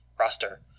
roster